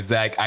Zach